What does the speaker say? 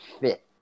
fit